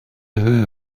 höhe